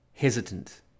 hesitant